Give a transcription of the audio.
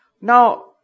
Now